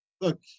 look